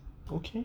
okay